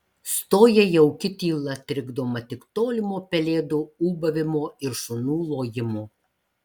stoja jauki tyla trikdoma tik tolimo pelėdų ūbavimo ir šunų lojimo